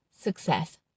success